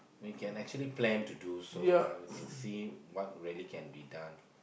we can actually plan to do so lah we can see what really can be done